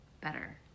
better